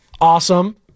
awesome